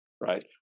Right